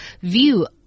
view